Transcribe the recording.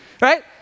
right